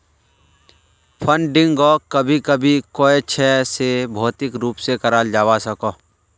फंडिंगोक कभी भी कोयेंछा से भौतिक रूप से कराल जावा सकोह